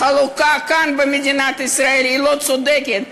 החלוקה כאן במדינת ישראל היא לא צודקת.